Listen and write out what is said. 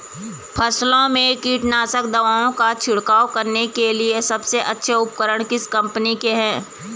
फसलों में कीटनाशक दवाओं का छिड़काव करने के लिए सबसे अच्छे उपकरण किस कंपनी के हैं?